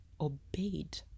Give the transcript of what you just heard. obeyed